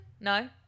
no